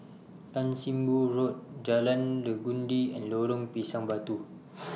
Tan SIM Boh Road Jalan Legundi and Lorong Pisang Batu